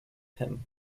him